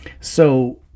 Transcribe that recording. So-